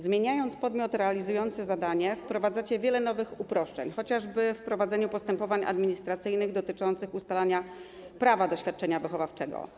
Zmieniając podmiot realizujący zadanie, wprowadzacie wiele nowych uproszczeń, chociażby w prowadzeniu postępowań administracyjnych dotyczących ustalania prawa do świadczenia wychowawczego.